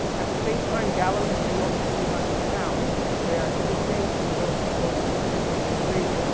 at the same time galleries are the only free lunch in town, where to this day you can go see most exhibitions for free.